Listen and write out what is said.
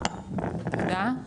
תודה רבה.